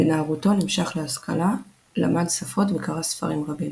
בנערותו נמשך להשכלה, למד שפות וקרא ספרים רבים.